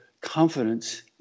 confidence